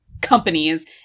companies